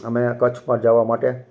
અમે કચ્છમાં જવા માટે